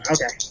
Okay